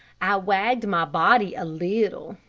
i wagged my body a little,